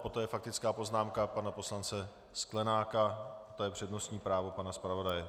Poté faktická poznámka pana poslance Sklenáka, to je přednostní právo pana zpravodaje.